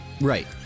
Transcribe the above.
Right